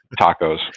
tacos